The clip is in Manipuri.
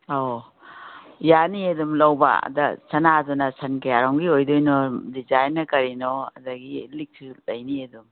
ꯑꯧ ꯌꯥꯅꯤ ꯑꯗꯨꯝ ꯂꯧꯕ ꯑꯗ ꯁꯅꯥꯗꯨꯅ ꯁꯟ ꯀꯌꯥꯔꯣꯝꯒꯤ ꯑꯣꯏꯗꯣꯏꯅꯣ ꯗꯤꯖꯥꯏꯟꯅ ꯀꯔꯤꯅꯣ ꯑꯗꯒꯤ ꯂꯤꯛꯁꯤꯁꯨ ꯂꯩꯅꯤꯌꯦ ꯑꯗꯨꯝ